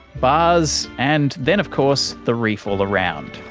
bars, and then of course the reef all around.